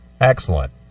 Excellent